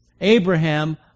Abraham